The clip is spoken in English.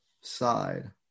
side